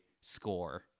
score